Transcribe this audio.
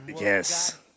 Yes